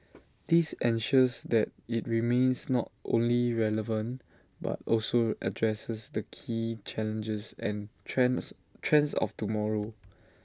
this ensures that IT remains not only relevant but also addresses the key challenges and trends trends of tomorrow